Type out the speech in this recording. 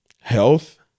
health